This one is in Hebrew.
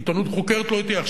עיתונות חוקרת לא תהיה.